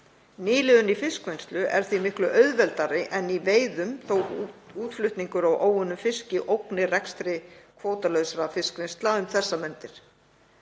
Nýliðun í fiskvinnslu er því miklu auðveldari en í veiðum þótt útflutningur á óunnum fiski ógni rekstri kvótalausra fiskvinnsla um þessar mundir,